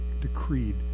decreed